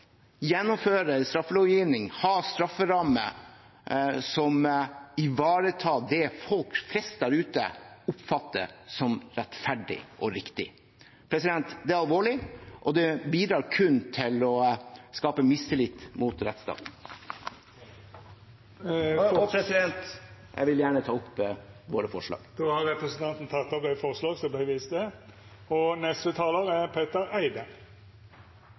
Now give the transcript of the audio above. gjennomføre en straffelovgivning, ha strafferammer, som ivaretar det folk flest der ute oppfatter som rettferdig og riktig. Det er alvorlig, og det bidrar kun til å skape mistillit til rettsstaten. Jeg vil gjerne ta opp vårt forslag. Representanten Per-Willy Amundsen har teke opp det forslaget han viste til.